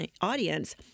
audience